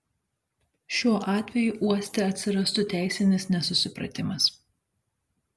šiuo atveju uoste atsirastų teisinis nesusipratimas